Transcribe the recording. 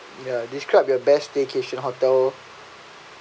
ya describe your best staycation hotel